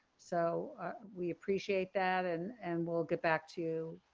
so we appreciate that and and we'll get back to you.